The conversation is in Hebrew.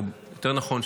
או יותר נכון,